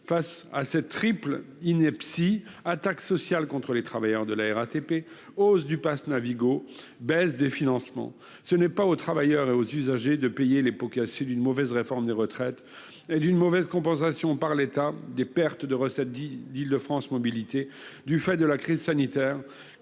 face à cette triple ineptie : attaque sociale contre les travailleurs de la RATP, hausse du passe Navigo, baisse des financements. Ce n'est pas aux travailleurs et aux usagers de payer les pots cassés d'une mauvaise réforme des retraites et d'une mauvaise compensation par l'État des pertes de recettes d'Île-de-France Mobilités du fait de la crise sanitaire